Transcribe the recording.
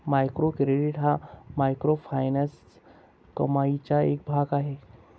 micro credit हा microfinance कमाईचा एक भाग आहे